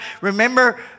Remember